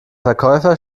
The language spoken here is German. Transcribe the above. verkäufer